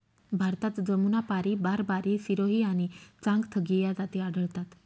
भारतात जमुनापारी, बारबारी, सिरोही आणि चांगथगी या जाती आढळतात